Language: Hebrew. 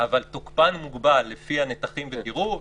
אבל תוקפן מוגבל לפי הנתחים והדירוג,